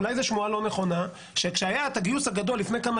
אולי זו שמועה לא נכונה,